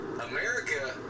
America